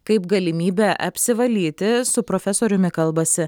kaip galimybę apsivalyti su profesoriumi kalbasi